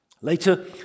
Later